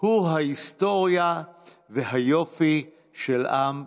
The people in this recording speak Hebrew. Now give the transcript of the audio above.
הוא ההיסטוריה והיופי של עם ישראל.